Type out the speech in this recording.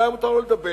אם היה מותר לו לדבר,